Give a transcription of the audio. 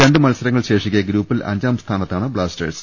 രണ്ട് മത്സരങ്ങൾ ശേഷിക്കെ ഗ്രൂപ്പിൽ അഞ്ചാം സ്ഥാനത്താണ് ബ്ലാസ്റ്റേഴ്സ്